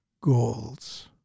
goals